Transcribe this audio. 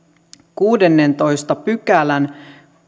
kuudennentoista pykälän